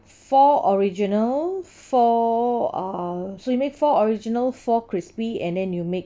four original four uh so you make four original four crispy and then you make